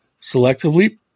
selectively